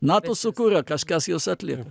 na sukūrė kažkas juos atlie